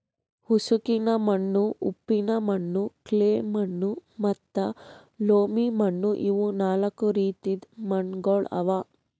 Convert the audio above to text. ಉಸುಕಿನ ಮಣ್ಣು, ಉಪ್ಪಿನ ಮಣ್ಣು, ಕ್ಲೇ ಮಣ್ಣು ಮತ್ತ ಲೋಮಿ ಮಣ್ಣು ಇವು ನಾಲ್ಕು ರೀತಿದು ಮಣ್ಣುಗೊಳ್ ಅವಾ